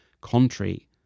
contrary